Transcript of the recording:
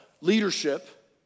Leadership